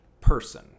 person